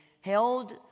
held